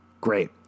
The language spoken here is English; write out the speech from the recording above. Great